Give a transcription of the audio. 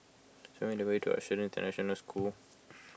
show me the way to Australian International School